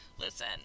listen